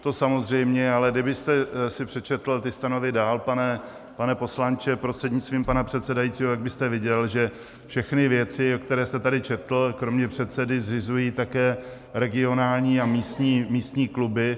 To samozřejmě, ale kdybyste si přečetl ty stanovy dál, pane poslanče, prostřednictvím pana předsedajícího, tak byste viděl, že všechny věci, které jste tady četl, kromě předsedy zřizují také regionální a místní kluby.